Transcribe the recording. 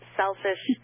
selfish